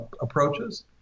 approaches